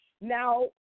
Now